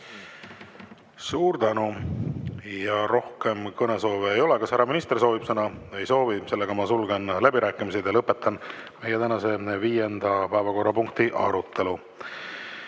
Suur tänu! Rohkem kõnesoove ei ole. Kas härra minister soovib sõna? Ei soovi. Ma sulgen läbirääkimised ja lõpetan tänase viienda päevakorrapunkti arutelu.